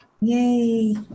Yay